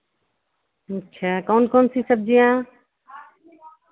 अच्छा कौन कौन सी सब्ज़ियाँ